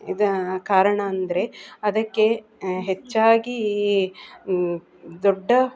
ಇದ ಕಾರಣ ಅಂದರೆ ಅದಕ್ಕೆ ಹೆಚ್ಚಾಗಿ ದೊಡ್ಡ